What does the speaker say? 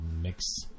mix